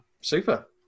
super